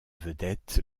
vedette